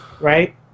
right